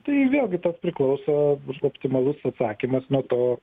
tai vėlgi tas priklauso bus optimalus atsakymas nuo to